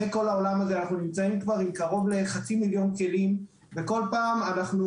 אנחנו נמצאים עם קרוב לחצי מיליון כלים וכל פעם אנו